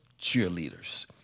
cheerleaders